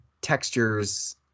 textures